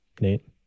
Nate